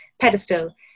pedestal